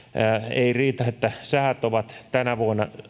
ei riitä että säät ovat tänä vuonna